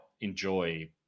enjoy